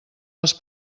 les